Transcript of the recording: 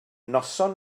noson